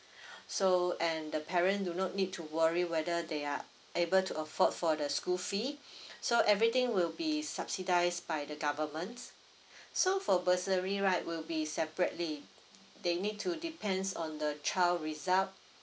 so and the parent do not need to worry whether they are able to afford for the school fee so everything will be subsidized by the government so for bursary right will be separately they need to depends on the child result